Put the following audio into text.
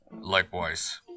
Likewise